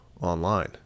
online